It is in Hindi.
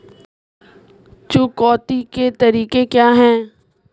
चुकौती के तरीके क्या हैं?